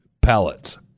pallets